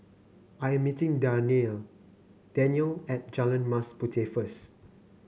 I am meeting Danyelle Danyelle at Jalan Mas Puteh first